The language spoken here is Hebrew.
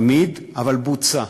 לא בזמן תמיד, אבל בוצע.